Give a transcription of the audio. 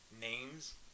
names